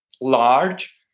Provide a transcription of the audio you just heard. large